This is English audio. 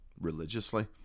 religiously